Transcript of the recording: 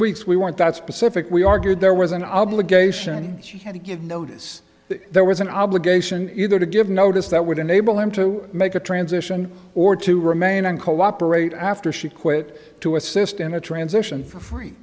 weeks we weren't that specific we argued there was an obligation she had to give notice that there was an obligation either to give notice that would enable him to make a transition or to remain and cooperate after she quit to assist in the transition for free